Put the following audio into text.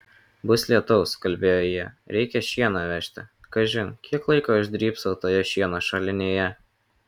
bus lietaus kalbėjo jie reikia šieną vežti kažin kiek laiko aš drybsau toje šieno šalinėje